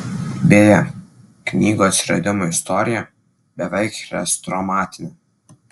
beje knygų atsiradimo istorija beveik chrestomatinė